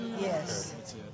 Yes